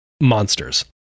monsters